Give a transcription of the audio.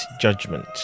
judgment